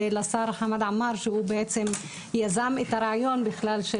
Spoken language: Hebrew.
ולשר חמד עמאר שהוא בעצם יזם את הרעיון בכלל של